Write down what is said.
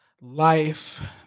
life